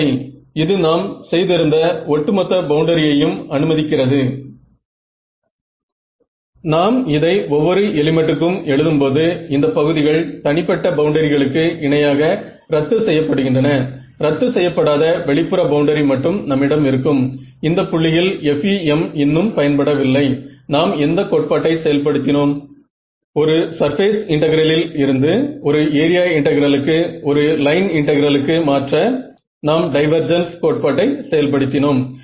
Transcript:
எடுத்துக்காட்டாக கன்வர்ஜ் ஆவதற்கான மின்தடை பகுதியை பெற பல்ஸ் பேசிஸ் டெல்டா டெஸ்ட்டிங் இல் 120N ஐ நெருங்க வேண்டும்